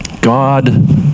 god